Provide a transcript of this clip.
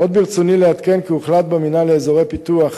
עוד ברצוני לעדכן כי הוחלט במינהל לאזורי פיתוח,